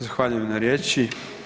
Zahvaljujem na riječi.